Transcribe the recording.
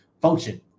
function